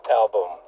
album